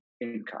income